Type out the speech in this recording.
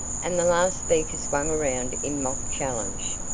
and the last speaker swung around in mock challenge,